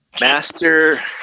Master